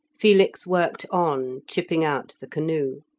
felix worked on, chipping out the canoe.